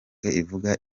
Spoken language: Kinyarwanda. ivuga